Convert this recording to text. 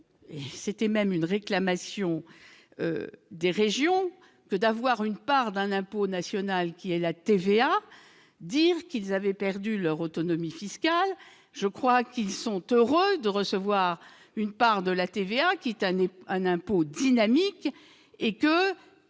c'était même une réclamation des régions que d'avoir une part d'un impôt national, qui est la TVA, dire qu'ils avaient perdu leur autonomie fiscale, je crois qu'ils sont heureux de recevoir une part de la TVA Akitani un impôt dynamique et que,